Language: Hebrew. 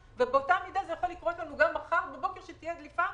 ובאותה מידה זה יכול לקרות לנו גם מחר בבוקר שתהיה דליפה,